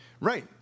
Right